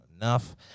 enough